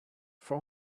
for